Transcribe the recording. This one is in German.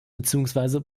beziehungsweise